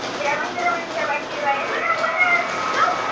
did i win? did i win? did i win? did i so